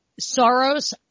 Soros